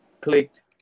clicked